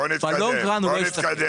בואו נתקדם.